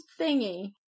thingy